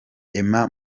emma